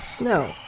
No